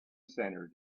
center